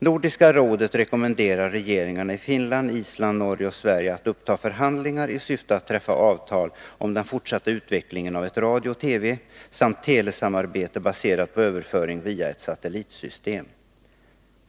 ”Nordiska rådet rekommenderar regeringarna i Finland, Island, Norge och Sverige att uppta förhandlingar i syfte att träffa avtal om den fortsatta utvecklingen av ett radiooch TV-samarbete baserat på överföring via ett satellitsystem.